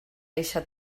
eixa